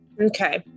Okay